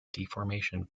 deformation